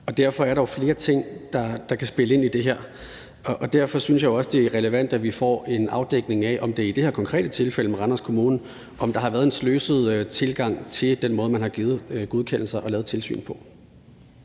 Der er jo flere ting, der kan spille ind i det her, og derfor synes jeg også, at det er relevant, at vi får en afdækning af, om der i det her konkrete tilfælde med Randers Kommune har været en sløset tilgang til den måde, man har givet godkendelser og lavet tilsynet på.